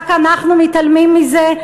רק אנחנו מתעלמים מזה,